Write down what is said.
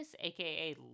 aka